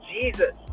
Jesus